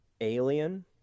alien